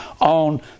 On